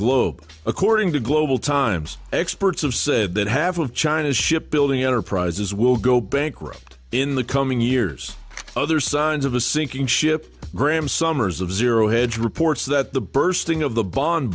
globe according to global times experts have said that half of china's ship building enterprises will go bankrupt in the coming years other signs of a sinking ship graham summers of zero hedge reports that the bursting of the bond